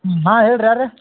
ಹಾಂ ಹೇಳ್ರಿ ಯಾರು